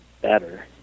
better